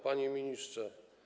Panie Ministrze!